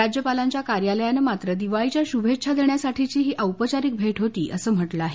राज्यपालांच्या कार्यालयान मात्र दिवाळीच्या शुभेच्छा देण्यासाठीची ही औपचारिक भेट होती असं म्हटल आहे